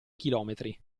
chilometri